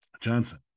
Johnson